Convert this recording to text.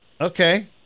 Okay